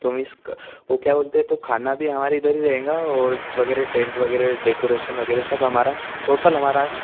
तो मैं इसका वो क्या बोलते तो खाना भी हमारे इधर ही रहेगा और वगैरह टेंट वगैरह डेकोरेशन वगैरह सब हमारा टोटल हमारा है न